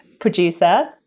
producer